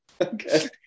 okay